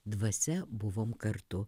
dvasia buvom kartu